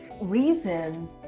reason